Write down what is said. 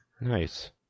Nice